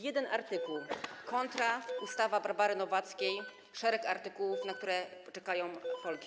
Jeden artykuł kontra ustawa Barbary Nowackiej, szereg artykułów, na które czekają Polki.